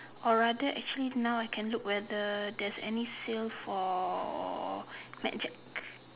or rather actually now I can look whether there's any sales for mad Jack